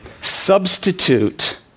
substitute